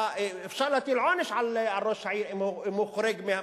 אפשר להטיל עונש על ראש העיר אם הוא חורג.